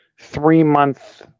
three-month